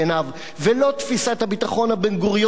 ולא תפיסת הביטחון הבן-גוריונית של